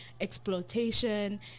exploitation